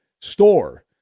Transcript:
store